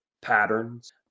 patterns